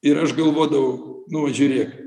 ir aš galvodavau nu va žiūrėk